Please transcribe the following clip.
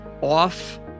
off